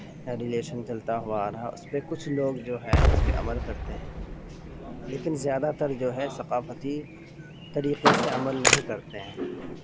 وہ ریلیشن چلتا ہوا آ رہا اس پہ کچھ لوگ جو ہے اس پہ عمل کرتے ہیں لیکن زیادہ تر جو ہے ثقافتی طریقے سے عمل نہیں کرتے ہیں